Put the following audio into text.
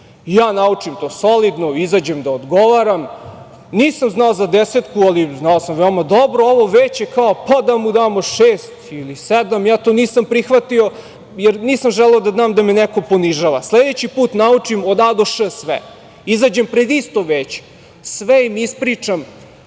Ja naučim to solidno, izađem da odgovaram. Nisam znao za 10, ali znao sam veoma dobro, a ovo veće, kao - da mu damo 6 ili 7, što ja nisam prihvatio jer nisam želeo da dam da me neko ponižava. Sledeći put naučim od "a" do "š" sve, izađem pred isto veće, sve im ispričam,